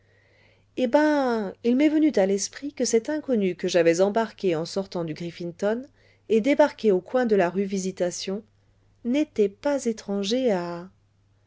eh ben il m'est venu à l'esprit que cet inconnu que j'avais embarqué en sortant du griffinton et débarqué au coin de la rue visitation n'était pas étranger à